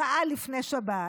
לפני שבת,